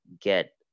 get